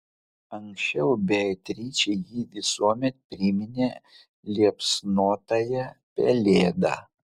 anksčiau beatričei ji visuomet priminė liepsnotąją pelėdą